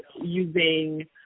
using